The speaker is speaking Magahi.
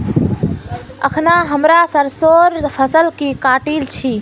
अखना हमरा सरसोंर फसल काटील छि